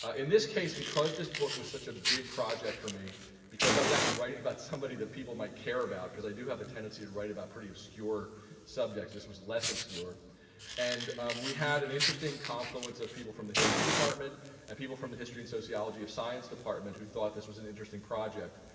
in this case because this book was such a big project for me because i was actually writing about somebody that people might care about because i do have a tendency to write about pretty obscure subjects. this was less obscure and we had an interesting confluence of people from the history department and people from the history and sociology of science department who thought this was an interesting project.